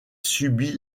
subit